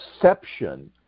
perception